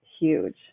huge